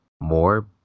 more